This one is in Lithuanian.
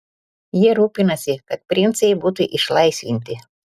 jie rūpinasi kad princai būtų išlaisvinti